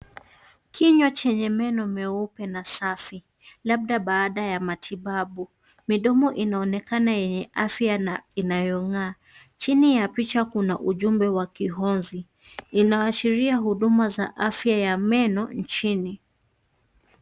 Kinywa chenye meno meupe na safi. Labda baada ya matibabu. Midomo inaonekana yenye afya na inayo ng'aa. Chini ya picha kuna ujumbe wa kihonei. Inaashiria huduma za afya ya meno nchini.